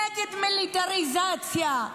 נגד מיליטריזציה,